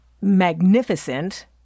magnificent